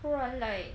突然 like